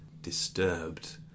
disturbed